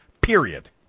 period